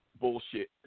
bullshit